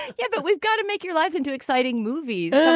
yeah, but we've got to make your lives into exciting movies. yeah